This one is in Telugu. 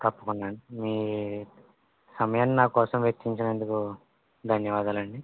తప్పకుండా అండి మీ సమయాన్ని నా కోసం వెచ్చించినందుకు ధన్యవాదాలండి